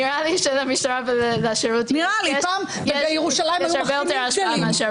נראה לי שלמשטרה ולשירות יש יותר השפעה מאשר